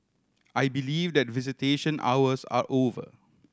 I believe that visitation hours are over